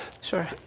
Sure